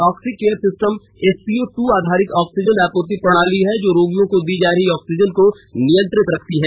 Oxycare system SPO ट् आधारित oxygen आपूर्ति प्रणाली है जो रोगियों को दी जा रही ऑक्सीजन को नियंत्रित रखती है